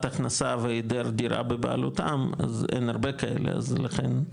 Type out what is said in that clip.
הכנסה והיעדר דירה בבעלותם אז אין הרבה כאלה אז לכן.